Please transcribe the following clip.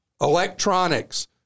electronics